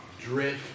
drift